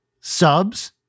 subs